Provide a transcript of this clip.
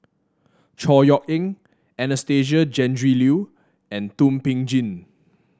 Chor Yeok Eng Anastasia Tjendri Liew and Thum Ping Tjin